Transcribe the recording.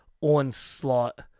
onslaught